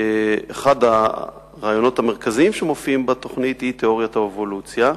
אחד הרעיונות המרכזיים שמופיעים בתוכנית הוא תיאוריית האבולוציה.